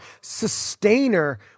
sustainer